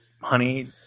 honey